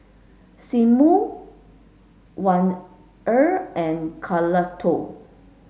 Sigmund and Carlotta